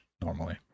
normally